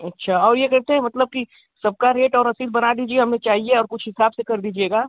अच्छा और ये करते मतलब कि सबका रेट और रसीद बना दीजिए हमें चाहिए और कुछ हिसाब से कर दीजिएगा